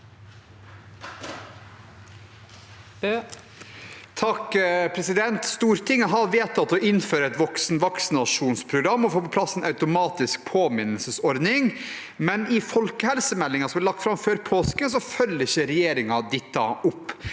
«Stortinget har vedtatt å innføre et voksenvaksinasjonsprogram og å få på plass en automatisk påminnelsesordning, men i folkehelsemeldingen følger ikke regjeringen opp